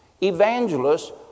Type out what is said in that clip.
Evangelists